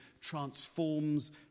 transforms